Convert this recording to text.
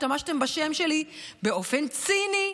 השתמשתם בשם שלי באופן ציני.